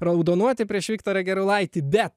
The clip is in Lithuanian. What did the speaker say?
raudonuoti prieš viktorą gerulaitį bet